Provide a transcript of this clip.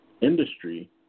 industry